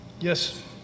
yes